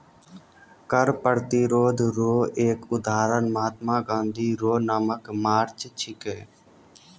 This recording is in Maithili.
कर प्रतिरोध रो एक उदहारण महात्मा गाँधी रो नामक मार्च छिकै